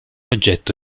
oggetto